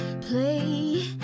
play